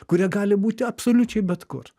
kurie gali būti absoliučiai bet kur